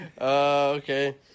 Okay